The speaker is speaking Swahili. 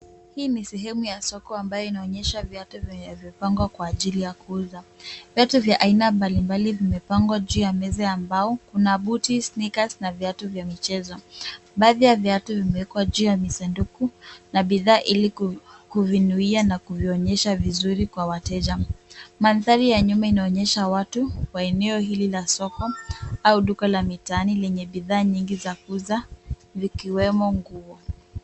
Hii ni sehemu ya soko ambayo inaonyesha viatu vilivyopangwa kwa ajili ya kuuza. Viatu vya aina mbalimbali vimepangwa juu ya meza ya mbao. Kuna buti, sneakers na viatu vya michezo. Baadhi ya viatu vimeekwa juu ya visanduku na bidhaa ili kuvinuia na kuvionyesha vizuri kwa wateja. Mandhari ya nyuma inaonyesha watu wa eneo hili la soko au duka la mitaani lenye bidhaa nyingi za kuuza vikiwemo nguo.